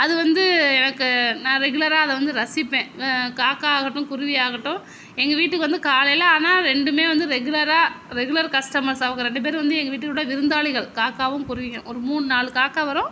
அது வந்து எனக்கு நான் ரெகுலராக அதை வந்து ரசிப்பேன் காக்கா ஆகட்டும் குருவி ஆகட்டும் எங்கள் வீட்டுக்கு வந்து காலையில் ஆனால் ரெண்டுமே வந்து ரெகுலராக ரெகுலர் கஸ்டமர்ஸ் அவங்க ரெண்டு பேரும் வந்து எங்கள் வீட்டோடய விருந்தாளிகள் காக்காவும் குருவியும் ஒரு மூணு நாலு காக்கா வரும்